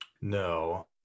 no